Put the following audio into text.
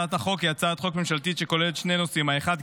הצעת החוק היא הצעת חוק ממשלתית שכוללת שני נושאים: האחד,